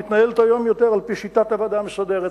מתנהלת היום יותר על-פי שיטת עבודה מסודרת.